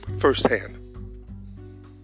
firsthand